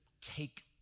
take